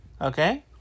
Okay